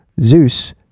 Zeus